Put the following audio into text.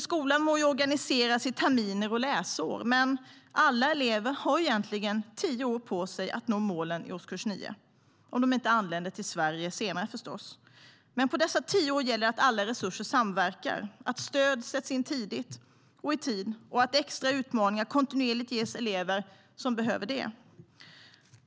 Skolan må organiseras i terminer och läsår, men alla elever har egentligen tio år på sig för att nå målen i årskurs 9, om de inte anländer till Sverige senare, förstås. Men på dessa tio år gäller det att alla resurser samverkar, att stöd sätts in tidigt och i tid och att extra utmaningar kontinuerligt ges elever som behöver det.